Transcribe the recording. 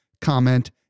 comment